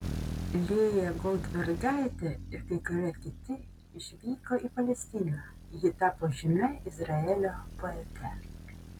lėja goldbergaitė ir kai kurie kiti išvyko į palestiną ji tapo žymia izraelio poete